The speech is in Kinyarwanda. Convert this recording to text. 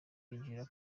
binjira